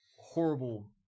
horrible